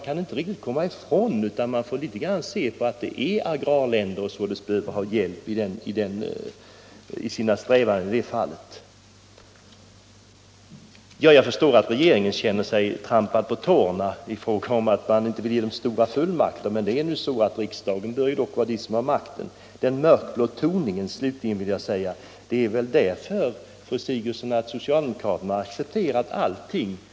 Man bör observera att länderna är agrara och ur den synpunkten behöver ha hjälp inom detta område. Jag förstår att regeringen känner sig trampad på tårna när den inte får de stora fullmakter den vill ha. Men enligt min uppfattning är det nu så att riksdagen bör ha bestämmanderätten. Den mörkblå tonen, slutligen, beror väl fru Sigurdsen, på att socialdemokraterna har accepterat det mesta i betänkandet.